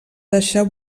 deixar